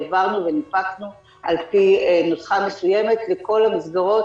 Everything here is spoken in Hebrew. העברנו וניפקנו על פי נוסחה מסוימת לכל המסגרות,